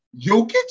Jokic